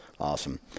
awesome